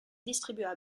distribua